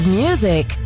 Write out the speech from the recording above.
music